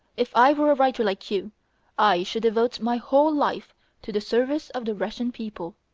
if i were a writer like you i should devote my whole life to the service of the russian people,